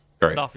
Great